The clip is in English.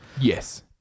Yes